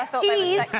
Cheese